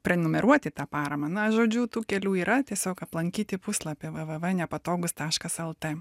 prenumeruoti tą paramą na žodžiu tų kelių yra tiesiog aplankyti puslapį www nepatogus taškas lt